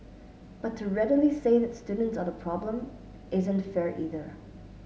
but to readily say that students are the problem isn't fair either